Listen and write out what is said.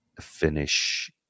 finish